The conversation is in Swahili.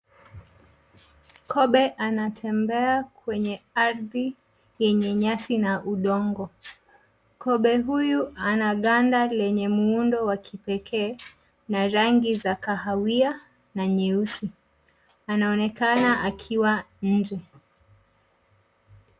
Kobe anatembea kwenye arthi yenye nyasi na udongo. Kobe huyu ana ganda lenye muundo wa kipekee na rangi za kahawia na nyeusi. Anaonekana akiwa nje.